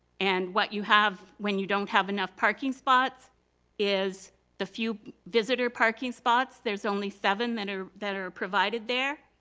and what you have when you don't have enough parking spots is the few visitor parking spots, there's only seven and that are provided there,